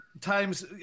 times